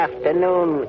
Afternoon